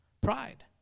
Pride